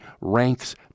ranks